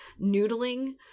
noodling